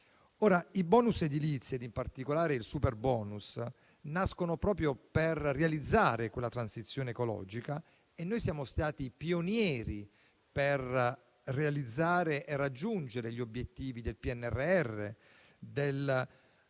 I *bonus* edilizi, in particolare il superbonus, nascono proprio per realizzare la transizione ecologica e noi siamo stati pionieri, per realizzare e raggiungere gli obiettivi del PNRR, del